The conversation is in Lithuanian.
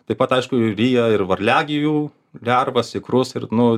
taip pat aišku ryja ir varliagyvių lervas ikrus ir nu